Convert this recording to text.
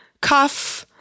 cuff